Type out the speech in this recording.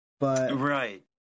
Right